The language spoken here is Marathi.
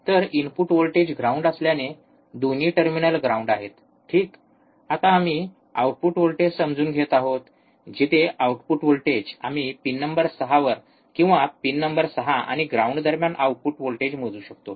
तर इनपुट व्होल्टेज ग्राउंड असल्याने दोन्ही टर्मिनल ग्राउंड आहेत ठीक आता आम्ही आउटपुट व्होल्टेज समजून घेत आहोत जिथे आउटपुट व्होल्टेज आम्ही पिन नंबर 6 वर किंवा पिन नंबर 6 आणि ग्राउंड दरम्यान आउटपुट व्होल्टेज मोजू शकतो